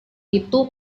itu